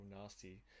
nasty